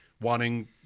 wanting